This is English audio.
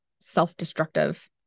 self-destructive